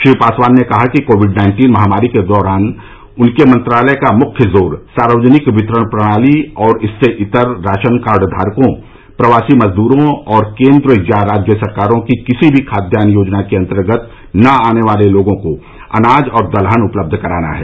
श्री पासवान ने कहा कि कोविड नाइन्टीन महामारी के दौरान उनके मंत्रालय का मुख्य जोर सार्वजनिक वितरण प्रणाली और इससे इतर राशन कार्ड धारकों प्रवासी मजदूरों और केंद्र या राज्य सरकारों की किसी भी खाद्यान्न योजना के अंतर्गत न आने वाले लोगों को अनाज और दलहन उपलब्ध कराना है